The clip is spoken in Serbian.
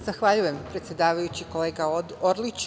Zahvaljujem, predsedavajući, kolega Orliću.